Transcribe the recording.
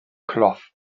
cloths